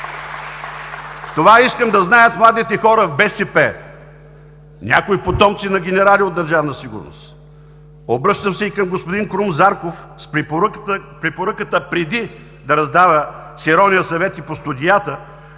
Това искам да знаят младите хора в БСП и някои потомци на генерали от Държавна сигурност. Обръщам се и към господин Крум Зарков с препоръката преди да раздава с ирония съвети по студиата,